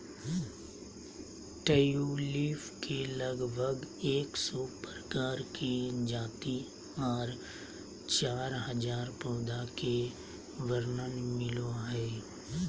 tulip के लगभग एक सौ प्रकार के जाति आर चार हजार पौधा के वर्णन मिलो हय